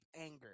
anger